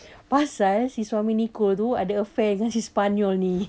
pasal si suami nicole tu ada affair dengan si sepanyol ni